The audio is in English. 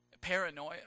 paranoia